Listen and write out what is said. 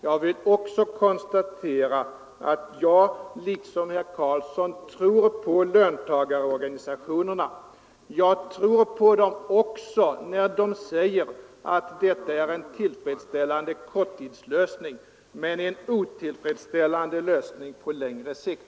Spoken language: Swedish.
Jag vill understryka att jag liksom herr Karlsson i Ronneby tror på löntagarorganisationerna. Jag gör det också när de säger att detta är en tillfredsställande korttidslösning men en otillfredsställande lösning på längre sikt.